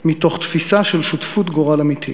מתוך תפיסה של שותפות גורל אמיתית.